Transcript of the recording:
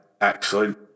Excellent